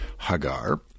Hagar